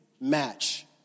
match